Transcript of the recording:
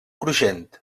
cruixent